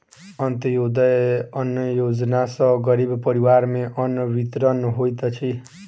अन्त्योदय अन्न योजना सॅ गरीब परिवार में अन्न वितरण होइत अछि